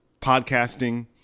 podcasting